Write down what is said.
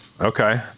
Okay